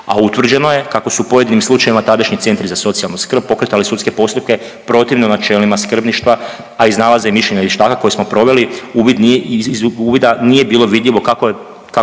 a utvrđeno je kako su u pojedinim slučajevima tadašnji centri za socijalnu skrb pokretali sudske postupke protivno načelima skrbništva, a iz nalaza i mišljenja vještaka koji smo proveli, uvid nije, iz uvida nije bilo vidljivo kako je,